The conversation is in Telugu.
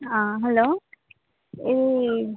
హలో ఈ